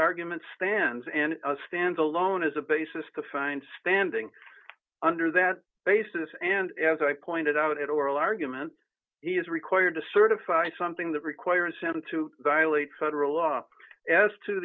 argument stands and a stand alone as a basis to find standing under that basis and as i pointed out at oral argument he is required to certify something that requires him to dilate federal law as to